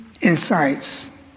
insights